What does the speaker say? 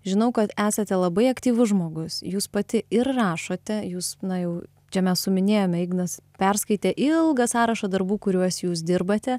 žinau kad esate labai aktyvus žmogus jūs pati ir rašote jūs na jau čia mes suminėjome ignas perskaitė ilgą sąrašą darbų kuriuos jūs dirbate